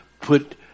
put